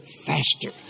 faster